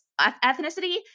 ethnicity